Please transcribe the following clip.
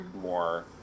more